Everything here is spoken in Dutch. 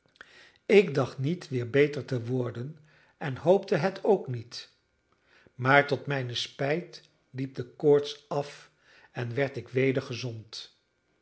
ik dacht niet weer beter te worden en hoopte het ook niet maar tot mijne spijt liep de koorts af en werd ik weder gezond